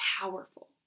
powerful